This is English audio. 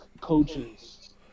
coaches